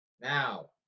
Now